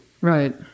Right